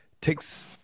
takes